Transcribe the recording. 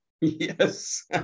Yes